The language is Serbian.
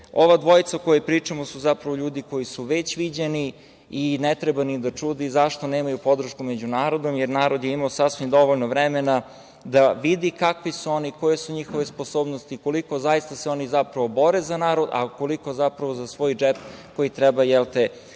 ova dvojica o kojoj pričam su zapravo ljudi koji su već viđeni i ne treba ni da čudi zašto nemaju podršku među narodom, jer narod je imao sasvim dovoljno vremena da vidi kakvi su oni, koje su njihove sposobnosti i koliko se zaista oni zapravo bore na narod a koliko zapravo za svoj džep, koji treba, jelte,